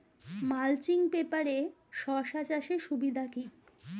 Mulching পেপারে শসা চাষের সুবিধা কি?